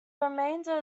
remainder